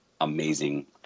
amazing